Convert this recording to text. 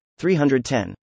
310